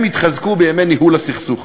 הם התחזקו בימי ניהול הסכסוך.